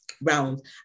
round